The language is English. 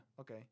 okay